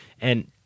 And-